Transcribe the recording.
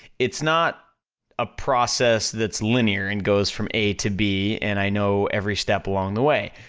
it's not a process that's linear, and goes from a to b, and i know every step along the way.